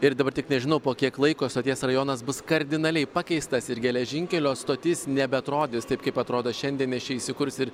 ir dabar tik nežinau po kiek laiko stoties rajonas bus kardinaliai pakeistas ir geležinkelio stotis nebeatrodys taip kaip atrodo šiandien nes čia įsikurs ir